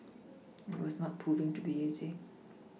and it was not proving to be easy